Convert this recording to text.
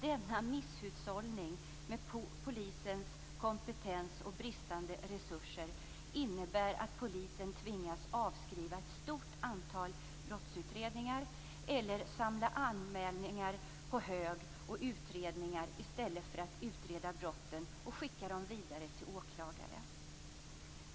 Denna misshushållning med polisens kompetens och bristande resurser innebär att polisen tvingas avskriva ett stort antal brottsutredningar, eller samla anmälningar och utredningar på hög, i stället för att utreda brotten och skicka dem vidare till åklagare.